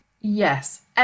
Yes